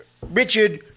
Richard